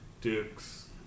Duke's